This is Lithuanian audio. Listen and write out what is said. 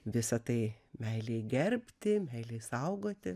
visa tai meilei gerbti meilei saugoti